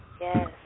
Yes